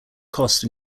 cost